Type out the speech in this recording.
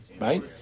right